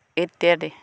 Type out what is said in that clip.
ইত্যাদি